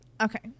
Okay